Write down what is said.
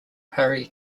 harry